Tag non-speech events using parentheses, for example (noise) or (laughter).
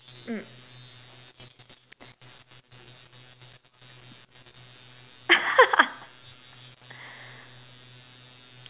mm (laughs)